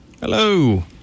Hello